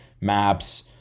maps